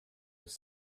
was